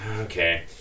okay